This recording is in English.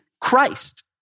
Christ